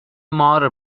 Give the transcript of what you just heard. مار